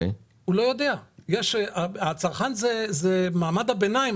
הצרכן זה מעמד הביניים,